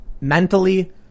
mentally